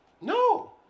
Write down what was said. No